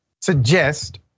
suggest